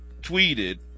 tweeted